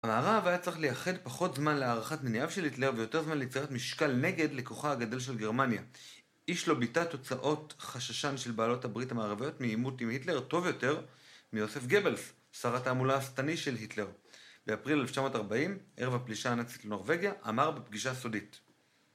המערב היה צריך לייחד פחות זמן להערכת מניעיו של היטלר ויותר זמן ליצירת משקל נגד לכוחה הגדל של גרמניה. איש לא ביטא תוצאות חששן של בעלות הברית המערביות מעימות עם היטלר טוב יותר מיוסף גבלס, שרת התעמולה השטני של היטלר. באפריל 1940 ערב הפלישה הנאצית לנורווגיה אמר בפגישה סודית.